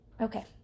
Okay